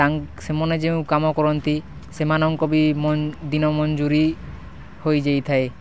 ସେମାନେ ଯେଉଁ କାମ କରନ୍ତି ସେମାନଙ୍କ ବି ଦିନ ମଜୁରୀ ହୋଇଯାଇଥାଏ